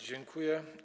Dziękuję.